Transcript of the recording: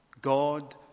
God